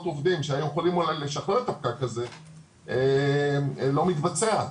עובדים שיכולים אולי לשחרר את הפקק הזה - לא מתבצע.